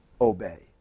obey